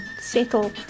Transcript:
settle